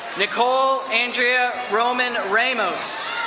nicole andrea roman ramos.